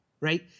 right